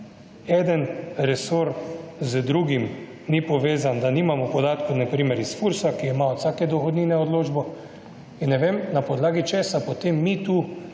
eden resor z drugim ni povezan, da nimamo podatkov na primer iz FURS-a, ki ima od vsake dohodnine odločbo. In ne vem, na podlagi česa potem mi tu